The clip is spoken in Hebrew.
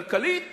כלכלית